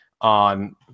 on